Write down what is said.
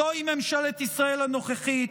זוהי ממשלת ישראל הנוכחית,